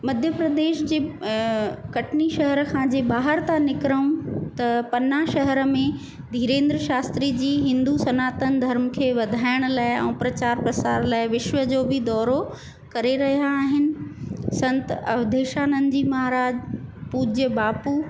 मध्य प्रदेश जे कटनी शहर खां जे ॿाहिरि था निकिरऊं त पन्ना शहर में धीरेंद्र शास्त्री जी हिंदू सनातन धर्म खे वधाइण लाइ ऐं प्रचार प्रसार लाइ विश्व जो बि दौरो करे रहिया आहिनि संत अवधेशानंद जी महाराज पूज्य बापू